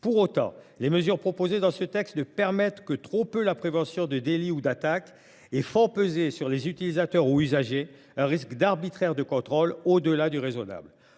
Pour autant, les mesures prévues dans ce texte ne permettent que trop peu la prévention de délits ou d’attaques, et font peser sur les utilisateurs ou usagers le risque d’un contrôle arbitraire au delà du raisonnable.